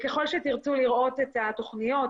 ככל שתרצו לראות את התכניות,